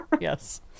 Yes